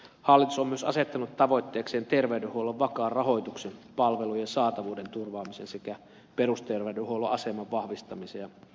hallitus on myös asettanut tavoitteekseen terveydenhuollon vakaan rahoituksen palvelujen saatavuuden turvaamisen sekä perusterveydenhuollon aseman vahvistamisen